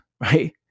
right